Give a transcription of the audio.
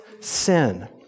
sin